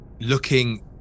looking